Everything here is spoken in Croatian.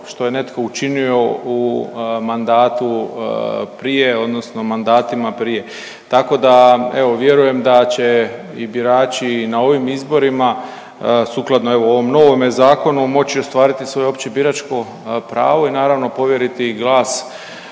što je netko učinio u mandatu prije odnosno mandatima prije. Tako da evo vjerujem da će i birači na ovim izborima sukladno ovome novome zakonu moći ostvariti svoje opće biračko pravo i naravno povjeriti glas